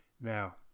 Now